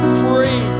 free